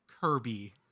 Kirby